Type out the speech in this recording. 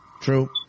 True